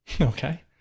Okay